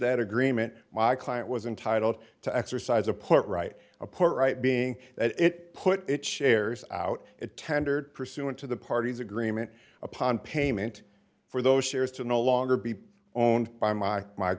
that agreement my client was entitled to exercise a part right apart right being that it put its shares out it tendered pursuant to the party's agreement upon payment for those shares to no longer be owned by my